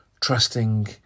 trusting